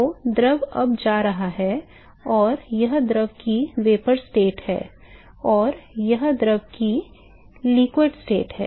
तो द्रव अब जा रहा है तो यह द्रव की वाष्प अवस्था है और यह द्रव की तरल अवस्था है